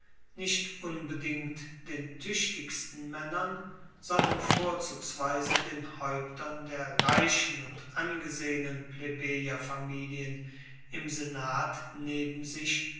nicht unbedingt den tuechtigsten maennern sondern vorzugsweise den haeuptern der reichen und angesehenen plebejerfamilien im senat neben sich